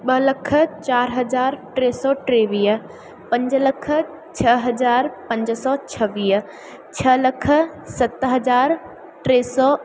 ॿ लखु चारि हज़ार टे सौ टेवीह पंज लखु छह हज़ार पंज सौ छवीह छह लखु सत हज़ार टे सौ